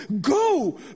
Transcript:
Go